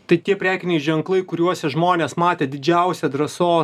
tai tie prekiniai ženklai kuriuos žmonėse matė didžiausią drąsos